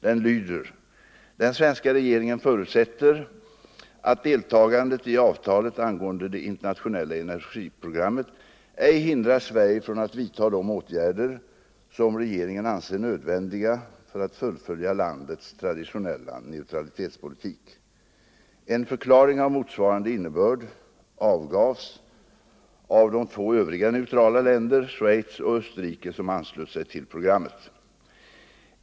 Den lyder: ”Den svenska regeringen förutsätter, att deltagandet i avtalet angående det internationella energiprogrammet ej hindrar Sverige från att vidta de åtgärder som regeringen anser nödvändiga för att fullfölja landets traditionella neutralitetspolitik.” En förklaring av motsvarande innebörd avgavs av de två övriga neutrala länder, Schweiz och Österrike, som anslöt sig till programmet.